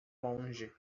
monge